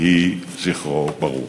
יהי זכרו ברוך.